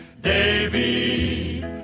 Davy